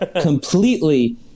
completely